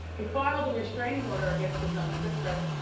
he filed a restraining order against his own sister.